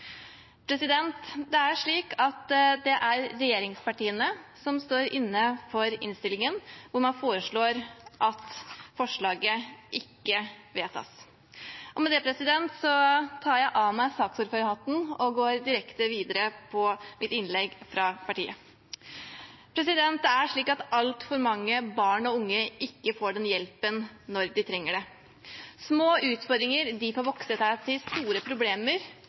Det er regjeringspartiene som står inne for innstillingen, hvor man foreslår at forslaget ikke vedtas. Og med det tar jeg av meg saksordførerhatten og går direkte videre på mitt innlegg fra partiet. Altfor mange barn og unge får ikke hjelp når de trenger det. Små utfordringer kan vokse seg til store problemer